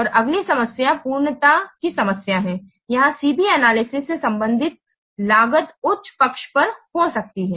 और अगली समस्या पूर्णता की समस्या है यहां C B एनालिसिस से संबंधित लागत उच्च पक्ष पर हो सकती है